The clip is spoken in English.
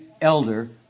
elder